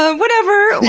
ah whatever,